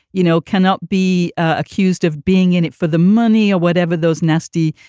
you know, cannot be accused of being in it for the money or whatever, those nasty,